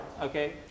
Okay